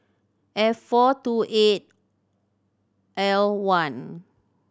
F four two eight L one